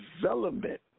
development